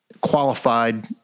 qualified